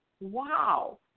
Wow